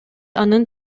анын